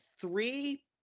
three